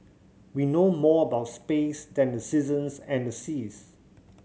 we know more about space than the seasons and the seas